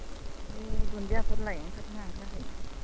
बे दुन्दियाफोर लाइ ओंखारदोंनो ओंखाराखै